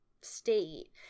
state